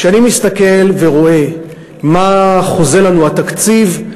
כשאני מסתכל ורואה מה חוזה לנו התקציב,